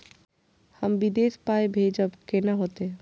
हम विदेश पाय भेजब कैना होते?